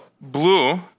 blue